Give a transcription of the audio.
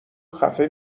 خفه